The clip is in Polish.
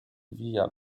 via